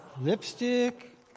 Lipstick